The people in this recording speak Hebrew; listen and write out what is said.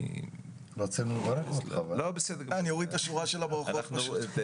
אני --- אני אוריד את השורה של הברכות פשוט.